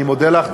אני מודה לך.